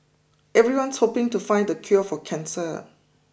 everyone's hoping to find the cure for cancer